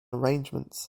arrangements